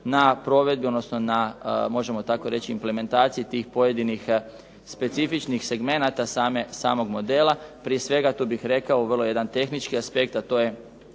na provedbi, odnosno na možemo tako reći implementaciji tih pojedinih specifičnih segmenata samog modela. Prije svega, tu bih rekao vrlo jedan tehnički aspekt a to je